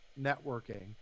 networking